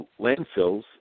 landfills